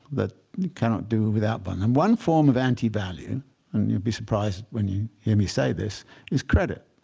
that you cannot do without one. and one form of anti-value and you'll be surprised when you hear me say this is credit